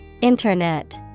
Internet